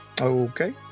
Okay